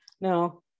no